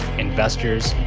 investors,